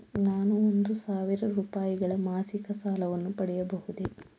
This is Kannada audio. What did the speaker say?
ನಾನು ಒಂದು ಸಾವಿರ ರೂಪಾಯಿಗಳ ಮಾಸಿಕ ಸಾಲವನ್ನು ಪಡೆಯಬಹುದೇ?